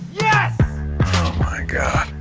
yes! oh my god.